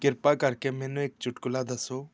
ਕਿਰਪਾ ਕਰਕੇ ਮੈਨੂੰ ਇੱਕ ਚੁਟਕਲਾ ਦੱਸੋ